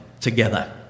together